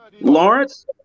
Lawrence